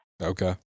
Okay